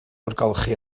olchi